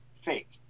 fake